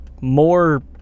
more